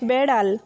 বেড়াল